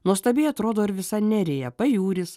nuostabiai atrodo ir visa nerija pajūris